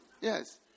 Yes